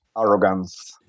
Arrogance